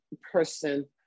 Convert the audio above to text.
person